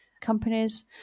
companies